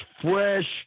fresh